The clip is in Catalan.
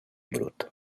brut